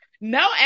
no